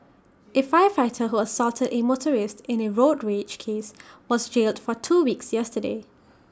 A firefighter who assaulted A motorist in A road rage case was jailed for two weeks yesterday